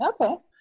Okay